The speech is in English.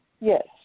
Yes